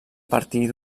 partir